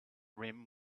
rim